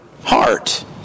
heart